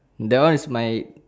that one is my